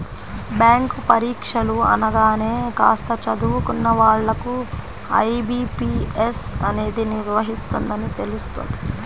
bank పరీక్షలు అనగానే కాస్త చదువుకున్న వాళ్ళకు ఐ.బీ.పీ.ఎస్ అనేది నిర్వహిస్తుందని తెలుస్తుంది